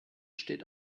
steht